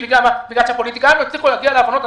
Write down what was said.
בגלל שהפוליטיקאים לא הצליחו להגיע להבנות,